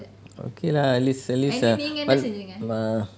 okay lah at least at least err wh~ err